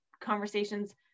conversations